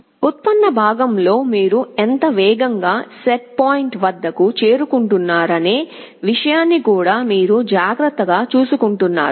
ఉత్పన్న భాగంలో మీరు ఎంత వేగంగా సెట్ పాయింట్ వద్దకు చేరుకుంటున్నారనే విషయాన్ని కూడా మీరు జాగ్రత్తగా చూసుకుంటున్నారు